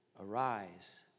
arise